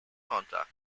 contact